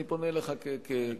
אני פונה אליך כנציג,